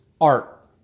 art